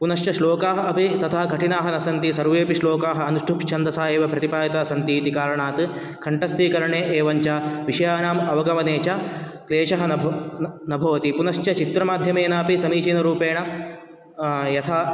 पुनश्च श्लोकाः अपि तथा कठिनाः न सन्ति सर्वेऽपि श्लोकाः अनुष्टुप्छन्दसा एव प्रतिपादिताः सन्ति इति कारणात् कण्ठस्थीकरणे एवञ्च विषयाणाम् अवगमने च क्लेशः न न भवति पुनश्च चित्रमाध्यमेनापि समीचिनरूपेण यथा